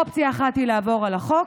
אופציה אחת היא לעבור על החוק,